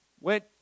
went